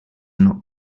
not